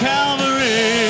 Calvary